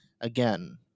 again